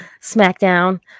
SmackDown